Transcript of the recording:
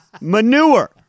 manure